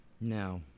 No